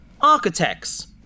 architects